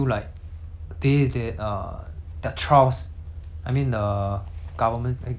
I mean the government eh government no the law trials so they need to